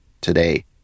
today